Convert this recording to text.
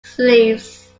sleeves